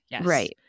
Right